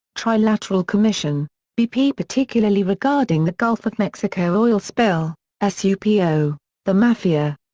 trilateral commission bp particularly regarding the gulf of mexico oil spill ah supo the mafia